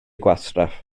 gwastraff